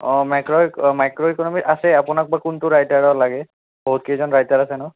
অঁ macro uh micro economy আছে আপোনাক বা কোনটো ৰাইটাৰৰ লাগে বহুত কেইজন ৰাইটাৰ আছে ন